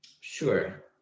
Sure